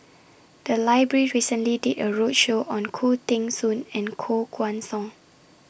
The Library recently did A roadshow on Khoo Teng Soon and Koh Guan Song